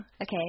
Okay